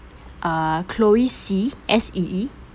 uh chloe see S E E